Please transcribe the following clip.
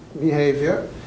behavior